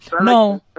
No